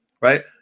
right